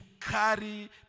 carry